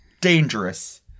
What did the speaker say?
dangerous